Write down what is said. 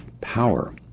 power